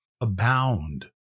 abound